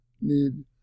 need